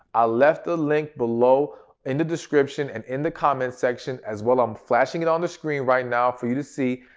i left the link below in the description and in the comment section as well i'm flashing it on the screen right now for you to see.